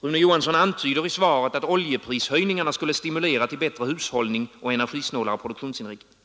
Rune Johansson antyder i svaret att oljeprishöjningarna skulle stimulera till bättre hushållning och energisnålare produktionsinriktning.